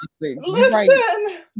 listen